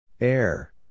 Air